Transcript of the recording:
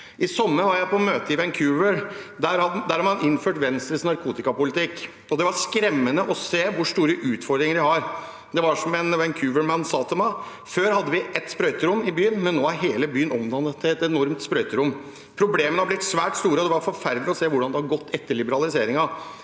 I sommer var jeg på et møte i Vancouver. Der har man innført Venstres narkotikapolitikk, og det var skremmende å se hvor store utfordringer de har. Det var som en Vancouver-mann sa til meg: Før hadde vi ett sprøyterom i byen, men nå er hele byen omdannet til et enormt sprøyterom. Problemene har blitt svært store, og det var forferdelig å se hvordan det har gått etter liberaliseringen.